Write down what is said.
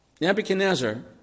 Nebuchadnezzar